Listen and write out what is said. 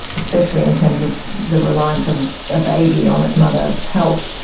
especially in terms of the reliance of a baby on its mother's health,